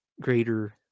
greater